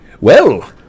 Well